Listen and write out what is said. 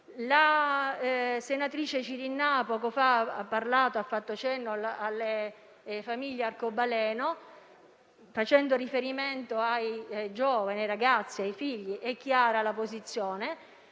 La senatrice Cirinnà poco fa ha fatto cenno alle famiglie arcobaleno. Facendo riferimento ai giovani, ai ragazzi, ai figli, è chiara la posizione.